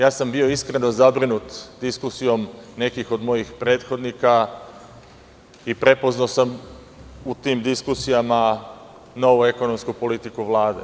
Bio sam iskreno zabrinut diskusijom nekih od mojih prethodnika i prepoznao sam u tim diskusijama novu ekonomsku politiku Vlade.